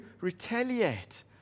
retaliate